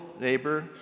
neighbor